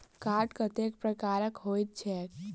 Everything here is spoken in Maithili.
कार्ड कतेक प्रकारक होइत छैक?